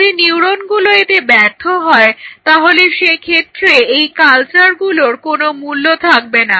যদি নিউরনগুলো এতে ব্যর্থ হয় তাহলে সেক্ষেত্রে এই কালচারগুলোর কোনো মূল্য থাকবে না